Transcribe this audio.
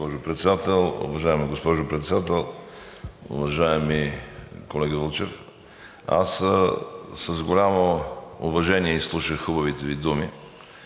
госпожо Председател! Уважаеми колега Вълчев, аз с голямо уважение изслушах хубавите Ви думи,